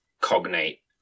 Cognate